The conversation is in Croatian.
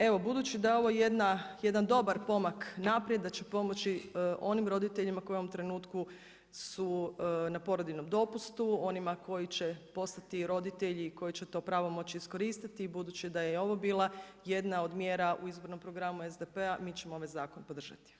Evo, budući da je ovo jedna, jedan dobar pomak naprijed, da će pomoći onim roditeljima koji u ovom trenutku su na porodiljnom dopustu, onima koji će postati roditelji koji će to pravo moći iskoristiti, budući da je i ovo bila jedna od mjera u izbornom programu SDP-a, mi ćemo ovaj zakon podržati.